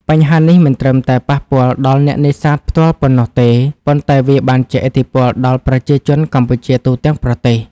បញ្ហានេះមិនត្រឹមតែប៉ះពាល់ដល់អ្នកនេសាទផ្ទាល់ប៉ុណ្ណោះទេ ប៉ុន្តែវាបានជះឥទ្ធិពលដល់ប្រជាជនកម្ពុជាទូទាំងប្រទេស។